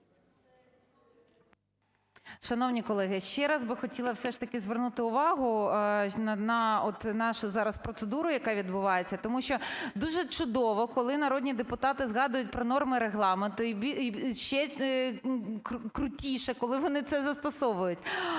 Шановні колеги, ще раз би хотіла все ж таки звернути увагу на от нашу зараз процедуру, яка відбувається. Тому що дуже чудово, коли народні депутати згадують про норми Регламенту і ще крутіше, коли вони це застосовують.